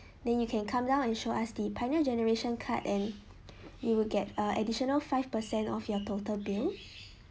then you can come down and show us the pioneer generation card and you will get a additional five percent off your total bill